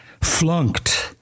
flunked